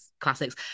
classics